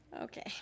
Okay